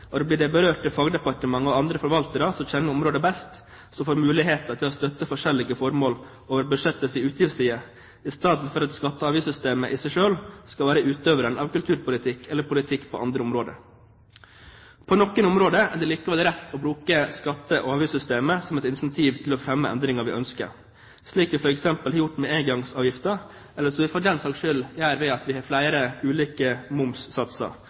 berørte fagdepartementene og andre forvaltere som kjenner området best, som får muligheten til å støtte forskjellige formål over budsjettets utgiftsside, i stedet for at skatte- og avgiftssystemet i seg selv skal være utøveren av kulturpolitikk eller politikk på andre områder. På noen områder er det likevel rett å bruke skatte- og avgiftssystemet som et incentiv til å fremme endringer som vi ønsker, slik vi f.eks. har gjort med engangsavgiften, eller som vi for den saks skyld gjør ved at vi har flere ulike momssatser